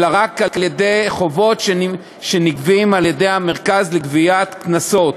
אלא רק על חובות שנגבים במרכז לגביית קנסות.